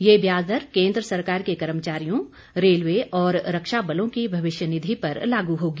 यह ब्याज दर केन्द्र सरकार के कर्मचारियों रेलवे और रक्षा बलों की भविष्य निधि पर लागू होगी